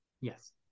Yes